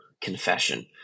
confession